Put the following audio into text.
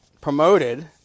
promoted